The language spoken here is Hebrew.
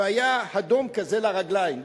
והיה הדום כזה לרגליים.